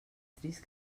trist